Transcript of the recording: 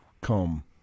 come